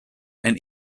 and